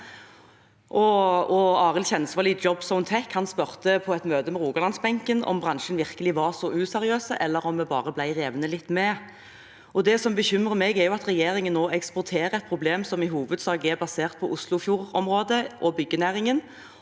og Arild Tjensvold i Jobzone Tech spurte på et møte med Rogalandsbenken om bransjen virkelig var så useriøs, eller om vi bare ble litt revet med. Det som bekymrer meg, er at regjeringen nå eksporterer et problem som i hovedsak er basert på Oslofjordområdet og byggenæringen